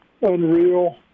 unreal